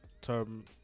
term